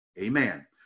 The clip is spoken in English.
amen